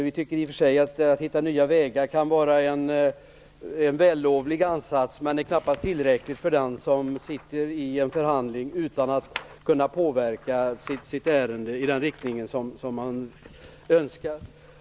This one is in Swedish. Vi tycker i och för sig att det kan vara en vällovlig ansats att försöka hitta nya vägar, men det är knappast tillräckligt för den som sitter i en förhandling utan att kunna påverka sitt ärende i önskad riktning.